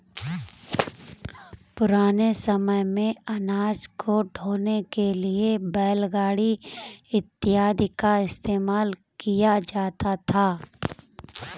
पुराने समय मेंअनाज को ढोने के लिए बैलगाड़ी इत्यादि का इस्तेमाल किया जाता था